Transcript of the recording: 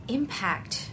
impact